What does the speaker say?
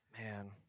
man